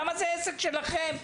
למה זה עסק שלכם?